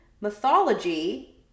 mythology